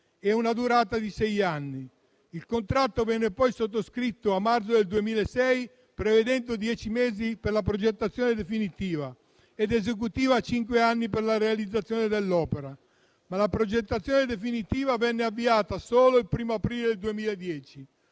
una durata di sei anni. Il contratto venne poi sottoscritto a marzo 2006, prevedendo dieci mesi per la progettazione definitiva ed esecutiva e cinque anni per la realizzazione dell'opera. Ma la progettazione definitiva venne avviata solo il 1° aprile del 2010,